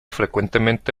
frecuentemente